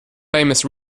famous